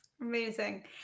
Amazing